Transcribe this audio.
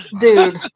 Dude